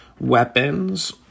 weapons